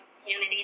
Community